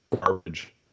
garbage